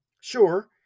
Sure